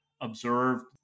observed